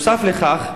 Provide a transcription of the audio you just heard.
נוסף על כך,